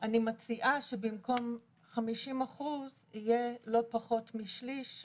אני מציעה שבמקום 50% יהיה לא פחות משליש,